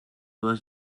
vas